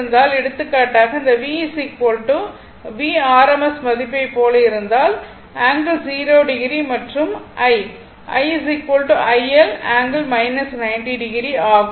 எடுத்துக்காட்டாக இந்த v r Vrms மதிப்பைப் போல இருந்தால் ∠0o மற்றும் I I iL ∠ 90o ஆகும்